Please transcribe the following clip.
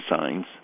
signs